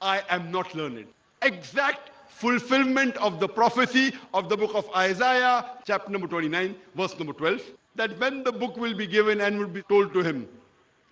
i am not learning exact fulfillment of the prophecy of the book of isaiah chapter number twenty nine verse number twelve that when the book will be given and will be told to him